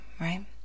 right